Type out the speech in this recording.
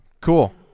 cool